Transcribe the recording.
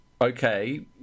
okay